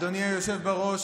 אדוני היושב-ראש,